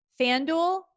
FanDuel